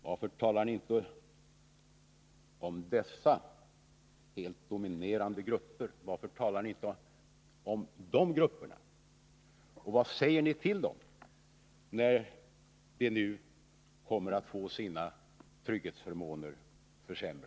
Varför talar ni inte om dessa helt dominerande grupper? Vad säger ni till dem när ni nu allvarligt vill försämra deras trygghetsförmåner?